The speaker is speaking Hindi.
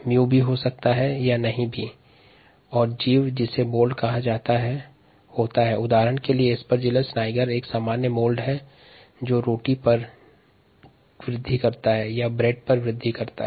मोल्ड या फफूंदी जैसे एस्परजिलस नाइगर एक सामान्य मोल्ड है जो ब्रेड पर वृद्धि करता है